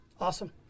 Awesome